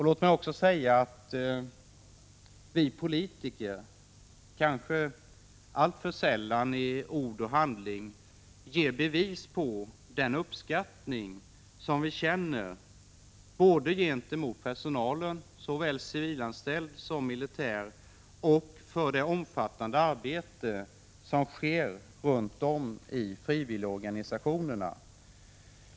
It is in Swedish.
Låt mig också säga att vi politiker kanske alltför sällan i ord och handling ger bevis på den uppskattning som vi känner både gentemot personalen — såväl civilanställd som militär — och för det omfattande arbete som sker runt om i frivilligorganisationerna.